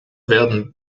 werden